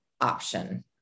option